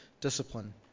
discipline